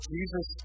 Jesus